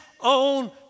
own